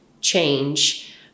change